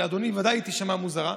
שלאדוני בוודאי תישמע מוזרה: